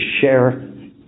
share